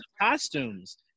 costumes